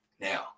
Now